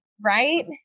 Right